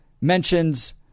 mentions